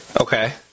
Okay